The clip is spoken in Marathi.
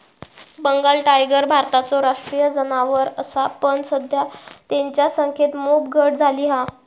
बंगाल टायगर भारताचो राष्ट्रीय जानवर असा पण सध्या तेंच्या संख्येत मोप घट झाली हा